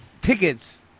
tickets